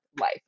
life